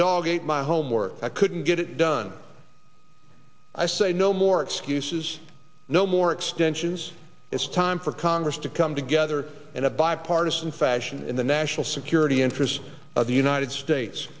dog ate my homework i couldn't get it done i say no more excuses no more extensions it's time for congress to come together in a bipartisan fashion in the national security interests of the united states